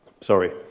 Sorry